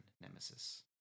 Nemesis